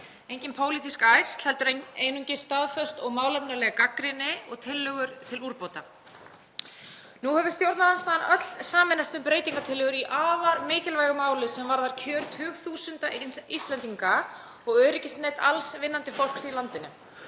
engin pólitísk ærsl heldur einungis staðföst og málefnaleg gagnrýni og tillögur til úrbóta. Nú hefur stjórnarandstaðan öll sameinast um breytingartillögur í afar mikilvægu máli sem varðar kjör tugþúsunda Íslendinga og öryggisnet alls vinnandi fólks í landinu.